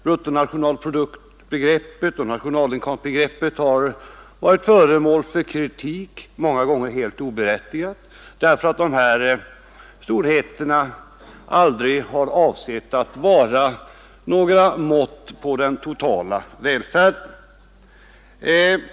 Bruttonationalproduktsbegreppet och nationalinkomstbegreppet har varit föremål för kritik, många gånger helt oberättigad, eftersom dessa storheter aldrig avsett att vara något mått på den totala välfärden.